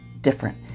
different